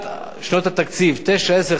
שנות התקציב 09', 10', 11', 12'